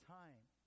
time